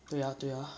对呀对呀